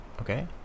okay